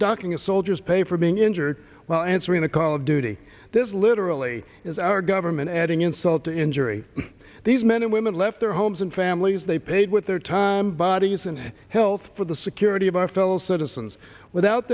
ducking a soldier's pay for being injured well answering the call of duty this literally is our government adding insult to injury these men and women left their homes and families they paid with their time bodies and health for the security of our fellow citizens without